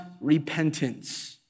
repentance